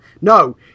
No